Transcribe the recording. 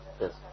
Yes